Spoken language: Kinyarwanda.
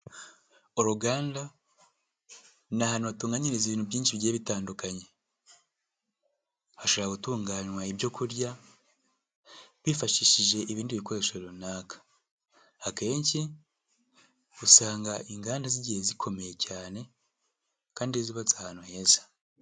Uruganda ni ahantu hatunganirizwa ibintu byinshi bigiye bitandukanye, hashoboraganywa ibyo kurya, hifashishije ibindi bikoresho runaka, akenshi usanga inganda zigiye zikomeye cyane kandi zubatse ahantu heza.